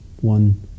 one